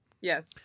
Yes